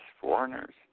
foreigners